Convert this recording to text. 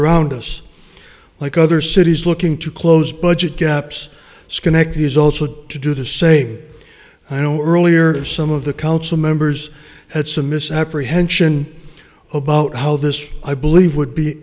around us like other cities looking to close budget gaps schenectady is also to do to say i know earlier some of the council members had some misapprehension about how this i believe would be